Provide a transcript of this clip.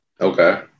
Okay